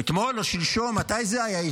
אתמול או שלשום, מתי זה היה?